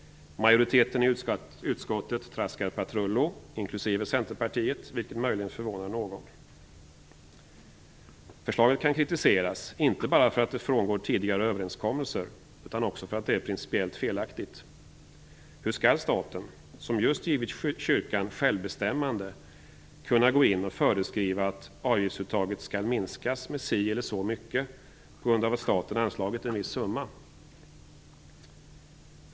Majoriteten i utskottet traskar patrullo, inklusive Centerpartiet, vilket möjligen förvånar någon. Förslaget kan kritiseras, inte bara för att det frångår tidigare överenskommelser utan också därför att det är principiellt felaktigt. Hur skall staten, som just givit kyrkan självbestämmande, kunna gå in och föreskriva att avgiftsuttaget skall minskas med si eller så mycket på grund av att staten anslagit en viss summa?